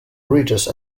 ridges